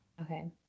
Okay